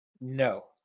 no